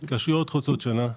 אלה התקשרויות חוצות שנה.